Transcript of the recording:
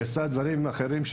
היא עשתה דברים אחרים,